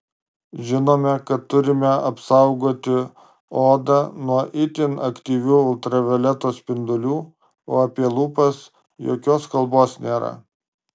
žinome kad turime apsaugoti odą nuo itin aktyvių uv spindulių o apie lūpas jokios kalbos nėra